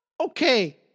Okay